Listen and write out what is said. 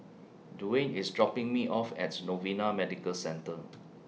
Dwane IS dropping Me off At Novena Medical Centre